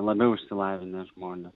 labiau išsilavinę žmonės